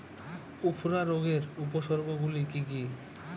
উফরা রোগের উপসর্গগুলি কি কি?